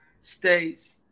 states